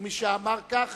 ומשאמר כך,